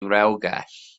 rewgell